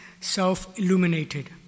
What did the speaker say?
self-illuminated